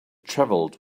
travelled